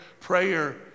prayer